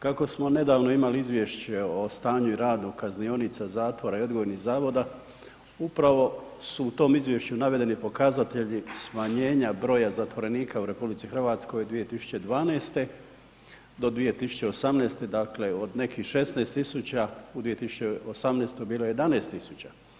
Kako smo nedavno imali izvješće o stanju i radu kaznionica, zatvora i odgojnih zavoda upravo su u tom izvješću navedeni pokazatelji smanjenja broja zatvorenika u RH 2012. do 2018. dakle od nekih 16.000 u 2018. bilo je 11.000.